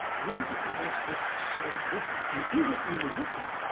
what is it that makes this so different, and is it really different?